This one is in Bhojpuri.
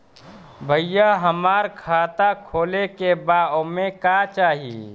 भईया हमार खाता खोले के बा ओमे का चाही?